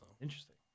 Interesting